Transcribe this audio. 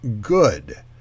good